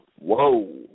whoa